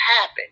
happen